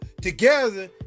together